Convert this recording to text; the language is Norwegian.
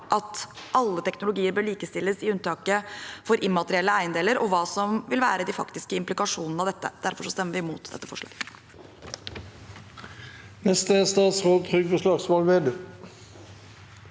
at alle teknologier bør likestilles i unntaket for immaterielle eiendeler, og hva som vil være de faktiske implikasjonene av dette. Derfor stemmer vi imot dette forslaget.